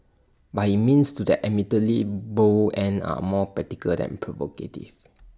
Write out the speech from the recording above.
but his means to that admittedly bold end are more practical than provocative